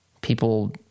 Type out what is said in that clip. People